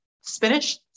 spinach